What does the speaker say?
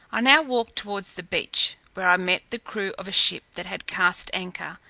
i now walked towards the beach, where i met the crew of a ship that had cast anchor,